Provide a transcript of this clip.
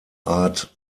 art